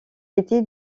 était